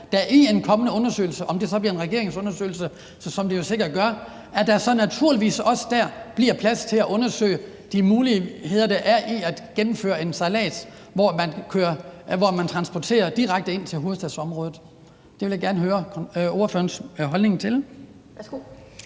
der i en kommende undersøgelse – og det kan blive en regeringsundersøgelse, som det jo sikkert gør – så naturligvis også dér bliver plads til at undersøge de muligheder, der er for at gennemføre en sejlads, hvor man transporterer direkte ind til hovedstadsområdet. Det vil jeg gerne høre ordførerens holdning til.